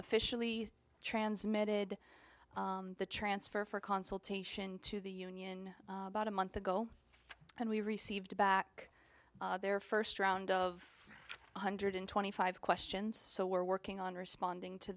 officially transmitted the transfer for consultation to the union about a month ago and we received back their first round of one hundred twenty five questions so we're working on responding to